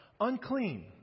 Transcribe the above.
Unclean